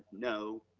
no,